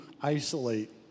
isolate